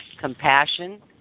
compassion